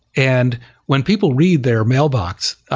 and when people read their mailbox,